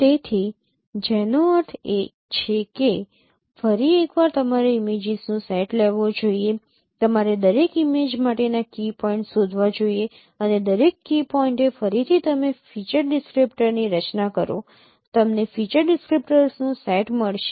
તેથી જેનો અર્થ છે કે ફરી એકવાર તમારે ઇમેજીસનો સેટ લેવો જોઈએ તમારે દરેક ઇમેજ માટેના કી પોઇન્ટ્સ શોધવા જોઈએ અને દરેક કી પોઈન્ટએ ફરીથી તમે ફીચર ડિસક્રીપ્ટર્સની રચના કરો તમને ફીચર ડિસક્રીપ્ટર્સનો સેટ મળશે